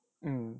mm